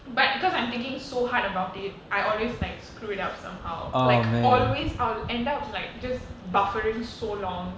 but cause I'm thinking so hard about it I always like screw it up somehow like always I'll end up like just buffering so long